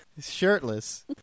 Shirtless